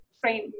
frame